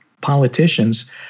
politicians